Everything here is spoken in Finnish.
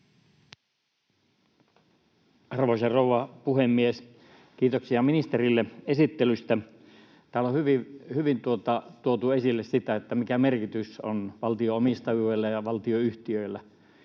Arvoisa rouva puhemies! Kiitoksia ministerille esittelystä. Täällä on hyvin tuotu esille sitä, mikä merkitys on valtio-omistajuudella ja valtionyhtiöillä,